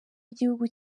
igihugu